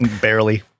Barely